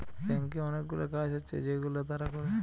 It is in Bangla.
ব্যাংকে অনেকগুলা কাজ হচ্ছে যেগুলা তারা করে